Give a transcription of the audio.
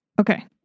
Okay